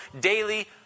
daily